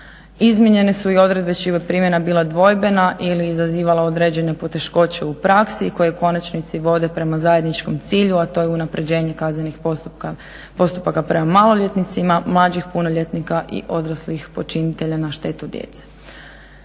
Izmijenjene su i odredbe čija je primjena bila dvojbena ili je izaziva određene poteškoće u praksi i koje u konačnici vode prema zajedničkom cilju, a to je unapređenje kaznenih postupaka prema maloljetnicima, mlađih punoljetnika i odraslih počinitelja na štetu djece.